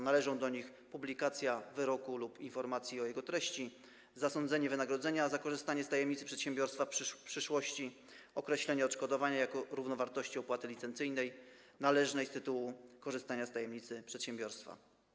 Należą do nich: publikacja wyroku lub informacji o jego treści, zasądzenie wynagrodzenia za korzystanie z tajemnicy przedsiębiorstwa w przyszłości i określenie odszkodowania jako równowartości opłaty licencyjnej należnej z tytułu korzystania z tajemnicy przedsiębiorstwa.